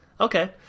Okay